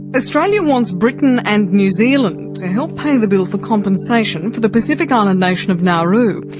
but australia wants britain and new zealand to help pay the bill for compensation for the pacific island nation of nauru.